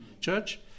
Church